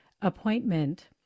appointment